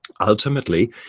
ultimately